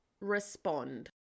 respond